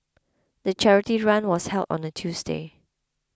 the charity run was held on a Tuesday